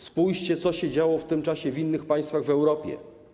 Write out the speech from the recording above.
Spójrzcie, co się działo w tym czasie w innych państwach w Europie.